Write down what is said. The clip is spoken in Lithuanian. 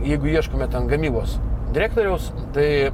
jeigu ieškome ten gamybos direktoriaus tai